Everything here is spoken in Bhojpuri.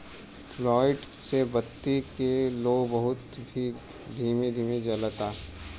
फ्लूइड से बत्ती के लौं बहुत ही धीमे धीमे जलता